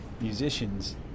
musicians